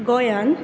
गोंयांत